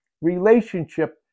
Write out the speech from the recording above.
relationship